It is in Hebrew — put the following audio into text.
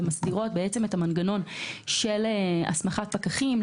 ומסדירות את המנגנון של הסמכת פקחים,